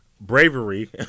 bravery